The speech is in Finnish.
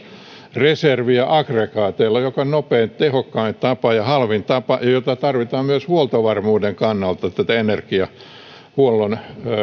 reserviä aggregaateilla joka on nopein tehokkain ja halvin tapa ja jota tarvitaan myös huoltovarmuuden kannalta energiahuollon